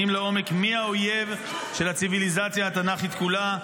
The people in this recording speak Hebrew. הם מבינים לעומק מי האויב של הציוויליזציה התנ"כית כולה,